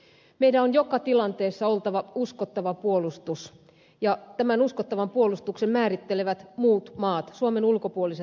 meillä on joka tilanteessa oltava uskottava puolustus ja tämän uskottavan puolustuksen määrittelevät muut maat suomen ulkopuoliset maat